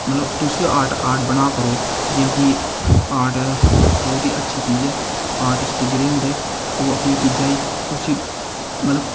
मतलब तुस art art बना करो जियां की आर्ट बहोत ई अच्छी चीज़ ऐ आर्टिस्ट जेह्ड़े होंदे ओह् अपनी चीज़ै गी मतलब कुछ